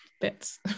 bits